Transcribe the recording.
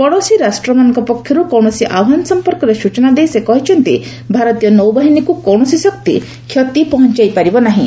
ପଡୋଶୀ ରାଷ୍ଟ୍ରମାନଙ୍କ ପକ୍ଷରୁ କୌଣସି ଆହ୍ୱାନ ସମ୍ପର୍କରେ ସୂଚନା ଦେଇ ସେ କହିଛନ୍ତି ଭାରତୀୟ ନୌବାହିନୀକୁ କୌଣସି ଶକ୍ତି କ୍ଷତି ପହଞ୍ଚାଇ ପାରିବ ନାହିଁ